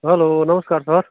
हलो नमस्कार सर